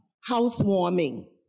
Housewarming